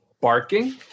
barking